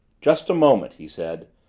just a moment, he said,